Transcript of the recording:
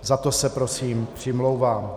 Za to se prosím přimlouvám.